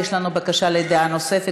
יש לנו בקשה לדעה נוספת,